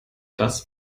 das